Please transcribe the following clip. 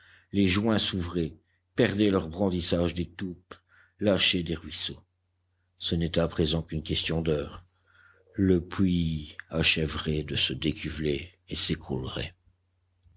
les joints s'ouvraient perdaient leur brandissage d'étoupe lâchaient des ruisseaux ce n'était à présent qu'une question d'heures le puits achèverait de se décuveler et s'écroulerait